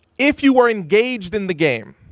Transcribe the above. if you were engaged in the game,